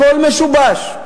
הכול משובש.